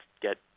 get